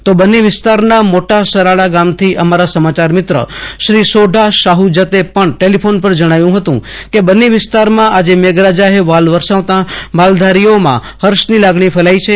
તો બન્ની વિસ્તારના મોટા સરાડા ગામથી અમારા સમાચારમિત્ર શ્રી સોઢા શાહુ જતે પણ ટેલીફોન પર જણાવ્યું હતું કેબન્ની વિસ્તારમાં આજે મેઘરાજાએ વહાલ વરસાવતાં માલધારીઓમાં હર્ષની લાગણી ફેલાઈ છે